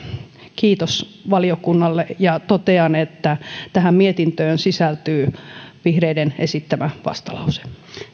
kiitos valiokunnalle ja totean että tähän mietintöön sisältyy vihreiden esittämä vastalause